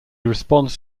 responds